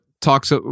talks